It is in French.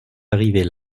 arrivés